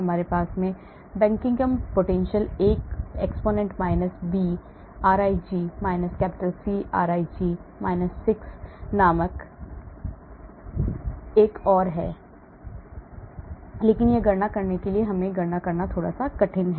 हमारे पास Buckingham potential A exponent - B rij - C rij - 6नामक एक और है लेकिन यह गणना करने के लिए हमें गणना करना थोड़ा कठिन है